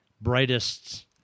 brightest